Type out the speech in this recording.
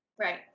Right